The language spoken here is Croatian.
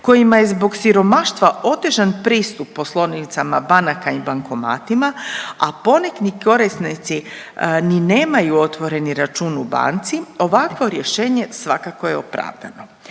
kojima je zbog siromaštva otežan pristup poslovnicama banaka i bankomatima, a poneki korisnici ni nemaju otvoreni račun u banci ovakvo rješenje svakako je opravdano.